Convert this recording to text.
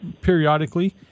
periodically